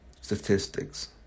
statistics